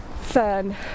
fern